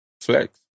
flex